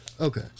Okay